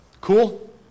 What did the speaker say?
Cool